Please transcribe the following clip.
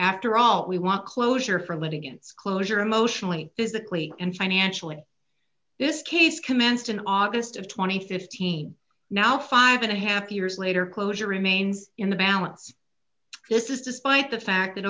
after all we want closure for litigants closure emotionally physically and financially this case commenced in august of two thousand and fifteen now five and a half years later closure remains in the balance this is despite the fact that